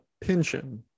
pension